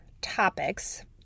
topics